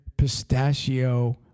Pistachio